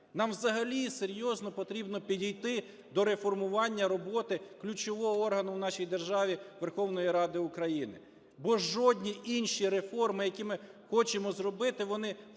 Нам взагалі серйозно потрібно підійти до реформування роботи ключового органу в нашій державі – Верховної Ради України. Бо жодні інші реформи, які ми хочемо зробити, вони